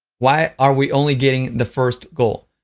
why are we only getting the first goal?